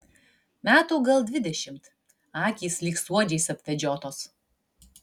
metų gal dvidešimt akys lyg suodžiais apvedžiotos